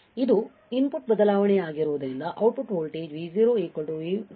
ಇದು ಇನ್ಪುಟ್ ಬದಲಾವಣೆಯಾಗಿರುವುದರಿಂದ output voltage Vo Vosgain ಅಂದರೆ Vos 3